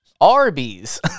Arby's